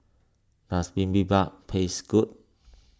does Bibimbap taste good